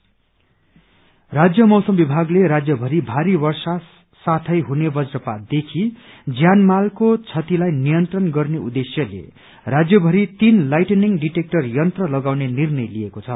detector राज्य मौसम विभागले राज्यभरिमा भारी वर्षा हुने साथै वज्रपातदेखि ज्यानमालको क्षतिलाई नियन्त्रण गर्ने उद्देश्यले राज्यभरि तीन लाइटनिंग डिटेक्टर यन्त्र लगाउने निर्णय लिएको छ